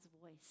voice